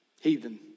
heathen